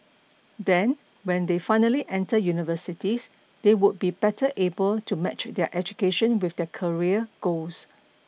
then when they finally enter universities they would be better able to match their education with their career goals